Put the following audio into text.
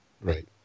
Right